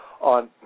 on